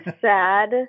sad